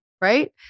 Right